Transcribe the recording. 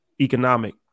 Economic